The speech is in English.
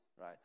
right